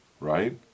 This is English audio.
right